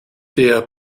der